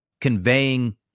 conveying